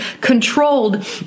controlled